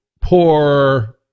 poor